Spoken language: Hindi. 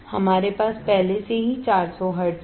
हमारे पास पहले से ही 400 हर्ट्ज हैं